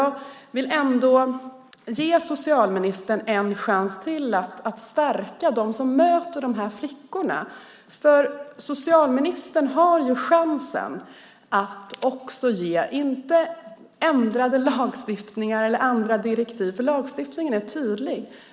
Jag vill ändå ge socialministern en chans till att stärka dem som möter de här flickorna. Socialministern har nu chansen. Det handlar inte om ändrad lagstiftning eller andra direktiv, för lagstiftningen är tydlig.